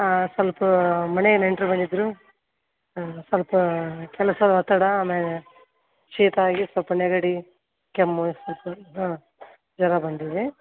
ಹಾಂ ಸಲ್ಪ ಮನೆಗೆ ನೆಂಟ್ರು ಬಂದಿದ್ದರು ಹಾಂ ಸಲ್ಪ ಕೆಲ್ಸದ ಒತ್ತಡ ಆಮೇಲೆ ಶೀತ ಆಗಿ ಸಲ್ಪ ನೆಗಡಿ ಕೆಮ್ಮು ಸಲ್ಪ ಹಾಂ ಜ್ವರ ಬಂದಿದೆ